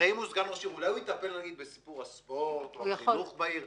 הרי אם הוא סגן ראש עיר אולי הוא יטפל בסיפור הספורט או החינוך בעיר?